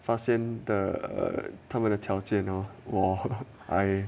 发现他们的条件 lor !wah! I